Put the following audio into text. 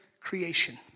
creation